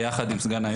ביחד עם סגן היו"ר.